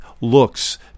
looks